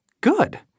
good